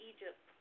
Egypt